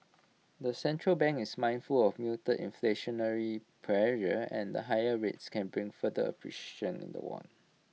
the central bank is mindful of mute inflationary pressure and higher rates can bring further appreciation in the won